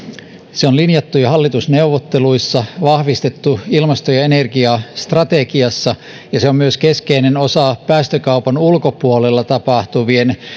se on linjattu jo hallitusneuvotteluissa vahvistettu ilmasto ja energiastrategiassa ja se on myös keskeinen osa päästökaupan ulkopuolella tapahtuvien